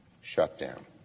shutdown